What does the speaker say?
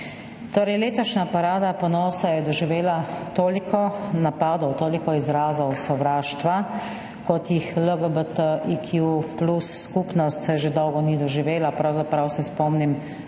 letošnja Parada ponosa je doživela toliko napadov, toliko izrazov sovraštva, kot jih LGBTIQ+ skupnost že dolgo ni doživela. Pravzaprav se spomnim